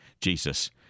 Jesus